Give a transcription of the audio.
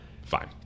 Fine